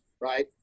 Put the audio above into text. right